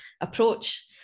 approach